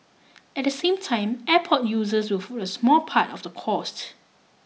at the same time airport users will foot a small part of the cost